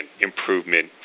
improvement